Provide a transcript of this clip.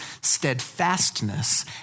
steadfastness